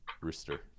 Rooster